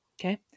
Okay